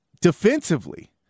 defensively